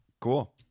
Cool